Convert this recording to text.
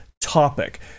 topic